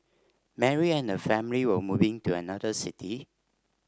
Mary and her family were moving to another city